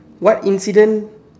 what incident